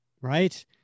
Right